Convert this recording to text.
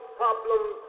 problems